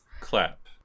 clap